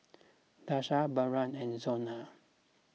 Daisha Barron and Zona